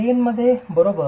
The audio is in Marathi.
प्लेन मधे बरोबर